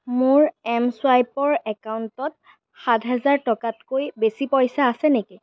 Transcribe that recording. মোৰ এমছুৱাইপৰ একাউণ্টত সাত হেজাৰ টকাতকৈ বেছি পইচা আছে নেকি